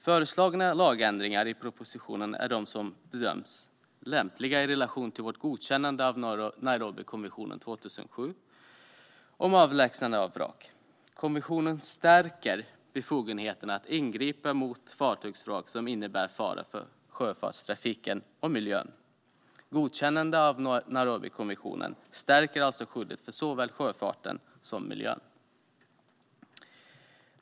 Föreslagna lagändringar i propositionen är de som bedöms lämpliga i relation till vårt godkännande av Nairobikonventionen 2007 om avlägsnande av vrak. Konventionen stärker befogenheterna att ingripa mot fartygsvrak som innebär fara för sjöfartstrafiken och miljön. Ett godkännande av Nairobikonventionen stärker alltså skyddet för såväl sjöfarten som miljön.